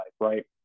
right